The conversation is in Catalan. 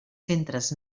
centres